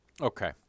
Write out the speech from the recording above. okay